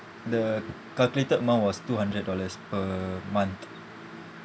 the calculated amount was two hundred dollars per month